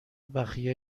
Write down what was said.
بخیه